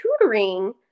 tutoring